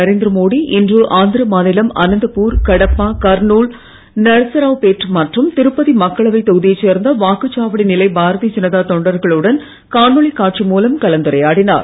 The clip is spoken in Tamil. நரேந்திரமோடி இன்று ஆந்திர மாநிலம் அனந்தபூர் கடப்பா கர்னூல் நரசராவ்பேட் மற்றும் திருப்பதி மக்களவைத் தொகுதியைச் சேர்ந்த வாக்குச்சாவடி நிலை பாரதிய ஜனதா தொண்டர்களுடன் காணொளி காட்சி மூலம் கலந்துரையாடினார்